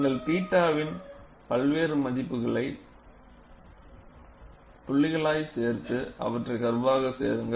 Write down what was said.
நீங்கள் θ வின் பல்வேறு மதிப்புகளுக்கு புள்ளிகளைச் சேர்த்து அவற்றை கர்வாகச் சேருங்கள்